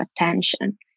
attention